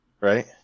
right